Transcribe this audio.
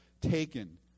taken